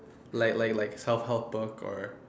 like like like self help book or